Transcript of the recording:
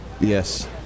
yes